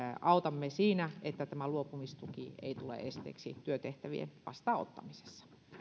siinä että tämä luopumistuki ei tule esteeksi työtehtävien vastaanottamiselle